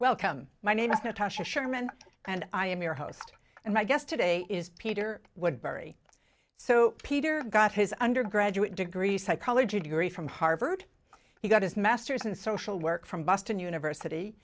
welcome my name is natasha sherman and i am your host and my guest today is peter what barry so peter got his undergraduate degree psychology degree from harvard he got his master's in social work from boston university